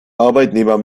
arbeitnehmer